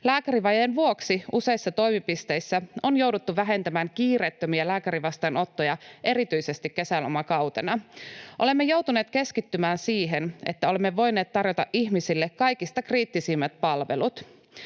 Lääkärivajeen vuoksi useissa toimipisteissä on jouduttu vähentämään kiireettömiä lääkärivastaanottoja erityisesti kesälomakautena. Olemme joutuneet keskittymään siihen, että olemme voineet tarjota ihmisille kaikista kriittisimmät palvelut.